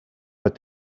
but